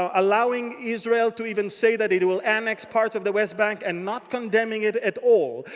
ah allowing israel to even say that it it will annex parts of the west bank and not condemning it at all.